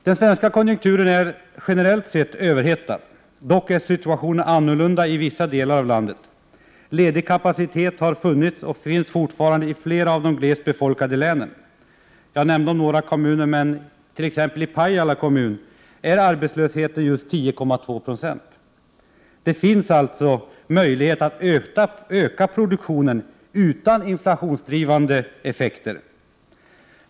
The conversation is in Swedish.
Den svenska konjunkturen är generellt sett överhettad. Dock är situationen annorlunda i vissa delar av landet. Ledig kapacitet har funnits och finns fortfarande i flera av de glest befolkade länen. I Pajala kommun är arbetslösheten 10,2 26. Det finns alltså möjlighet att öka produktionen utan inflationsdrivande effekter.